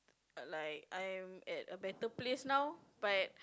like I am at a better place now